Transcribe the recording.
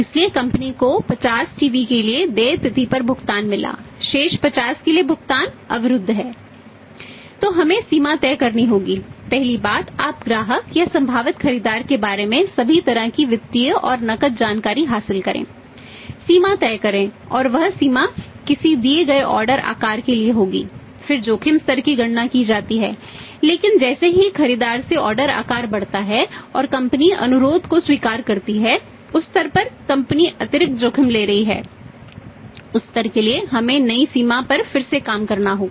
इसलिए कंपनी अतिरिक्त जोखिम ले रही है उस स्तर के लिए हमें नई सीमा पर फिर से काम करना होगा